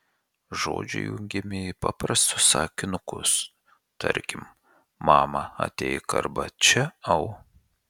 žodžiai jungiami į paprastus sakinukus tarkim mama ateik arba čia au